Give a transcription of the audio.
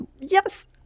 Yes